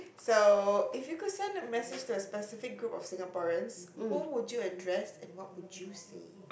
so if you could send a message to a specific group of Singaporeans who would you address and what would you say